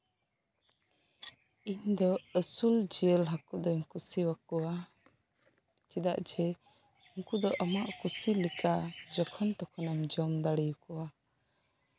ᱤᱧ ᱫᱚ ᱟᱥᱩᱞ ᱡᱮᱹᱞ ᱦᱟᱠᱳ ᱫᱚᱧ ᱠᱩᱥᱤᱣᱟᱠᱚᱣᱟ ᱪᱮᱫᱟᱜ ᱡᱮ ᱩᱱᱠᱩ ᱫᱚ ᱟᱢᱟᱜ ᱠᱩᱥᱤ ᱞᱮᱠᱟ ᱡᱚᱠᱷᱚᱱᱼᱛᱚᱠᱷᱚᱱᱮᱢ ᱡᱚᱢ ᱫᱟᱲᱮᱣᱟᱠᱚᱣᱟ